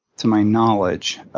to my knowledge,